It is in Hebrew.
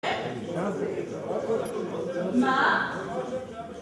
מה?